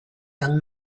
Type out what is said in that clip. young